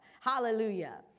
Hallelujah